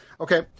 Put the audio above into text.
Okay